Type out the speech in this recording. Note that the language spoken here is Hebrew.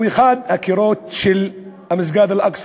הוא אחד הקירות של המסגד אל-אקצא.